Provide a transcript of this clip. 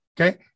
Okay